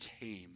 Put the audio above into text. came